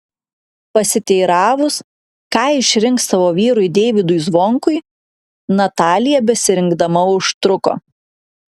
pasiteiravus ką išrinks savo vyrui deivydui zvonkui natalija besirinkdama užtruko